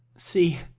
see,